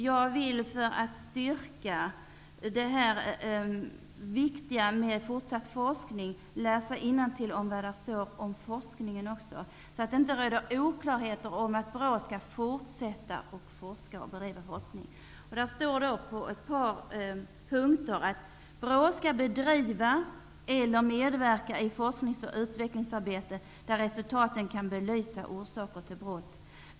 Jag vill för att understryka det viktiga med fortsatt forskning läsa innantill vad om står om forskningen så att det inte råder några oklarheter om att BRÅ skall fortsätta att bedriva forskning. Där står i ett par punkter följande: BRÅ skall bedriva eller medverka i forsknings och utvecklingsarbete där resultaten kan belysa orsaker till brott.